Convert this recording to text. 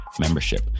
membership